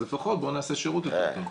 אז לפחות בואו נעשה שירות יותר טוב.